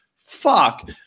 fuck